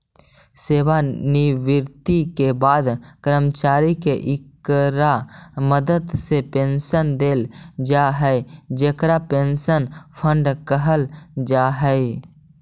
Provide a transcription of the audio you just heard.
सेवानिवृत्ति के बाद कर्मचारि के इकरा मदद से पेंशन देल जा हई जेकरा पेंशन फंड कहल जा हई